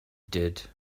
did